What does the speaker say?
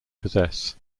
possess